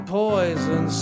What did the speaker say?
poison